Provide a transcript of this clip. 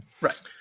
right